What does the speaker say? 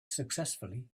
successfully